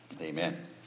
Amen